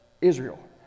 Israel